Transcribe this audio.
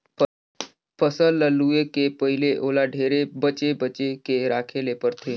फसल ल लूए के पहिले ओला ढेरे बचे बचे के राखे ले परथे